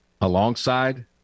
alongside